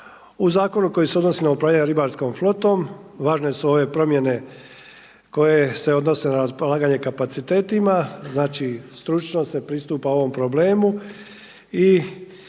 U zakonu koji se odnosi na upravljanje ribarskom flotom važne su ove promjene koje se odnose na raspolaganje kapacitetima, znači stručno se pristupa ovom problemu i